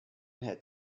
had